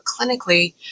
clinically